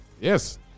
Yes